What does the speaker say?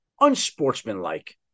unsportsmanlike